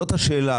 זאת השאלה,